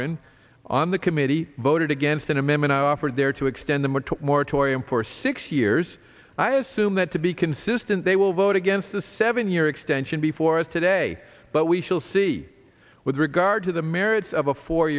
lofgren on the committee voted against an amendment offered there to extend them or to moratorium for six years i assume that to be consistent they will vote against the seven year extension before us today but we shall see with regard to the merits of a four